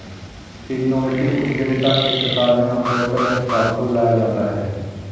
innovative उद्यमिता के प्रकार में आमतौर पर नए उत्पाद को लाया जाता है